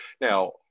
Now